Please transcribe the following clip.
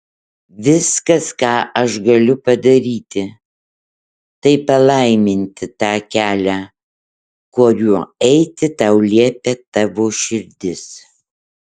viskas ką aš galiu padaryti tai palaiminti tą kelią kuriuo eiti tau liepia tavo širdis